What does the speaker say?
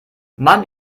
mann